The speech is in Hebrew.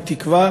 בתקווה